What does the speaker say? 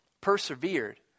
persevered